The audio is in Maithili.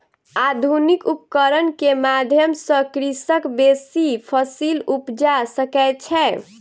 आधुनिक उपकरण के माध्यम सॅ कृषक बेसी फसील उपजा सकै छै